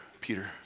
Peter